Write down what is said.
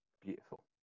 beautiful